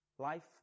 Life